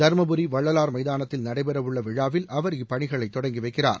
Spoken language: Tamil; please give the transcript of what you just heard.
தருமபுரி வள்ளவார் எமதானத்தில் நடைபெறவுள்ள விழாவில் அவர் இப்பணிகளை தொடங்கி வைக்கிறார்